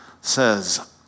says